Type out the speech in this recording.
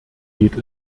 geht